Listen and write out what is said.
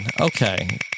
Okay